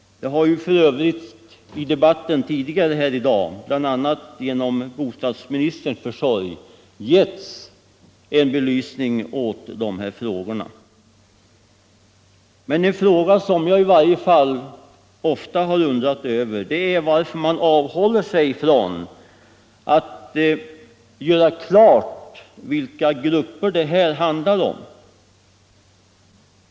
Det har ju för övrigt i debatten tidigare här i dag bl.a. genom bostadsministerns försorg getts en belysning av de här frågorna. En fråga som jag i varje fall ofta har undrat över är varför man avhåller sig från att göra klart vilka grupper det här handlar om.